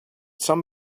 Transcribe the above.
some